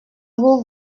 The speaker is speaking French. vos